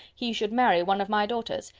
he should marry one of my daughters.